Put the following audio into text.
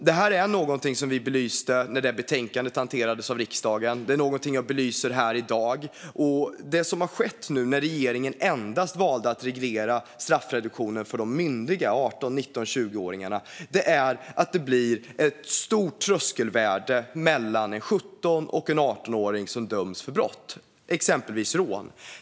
Detta var någonting som vi belyste när det betänkandet hanterades av riksdagen, och det är någonting jag belyser här i dag. Det som nu har skett när regeringen valde att endast reglera straffreduktionen för de myndiga, 18, 19 och 20-åringarna, är att det blir ett stort tröskelvärde mellan en 17-åring och en 18-åring som döms för brott, exempelvis rån.